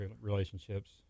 relationships